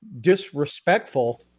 disrespectful